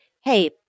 hey